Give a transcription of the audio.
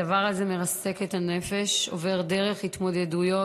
הדבר הזה מרסק את הנפש, עובר דרך התמודדויות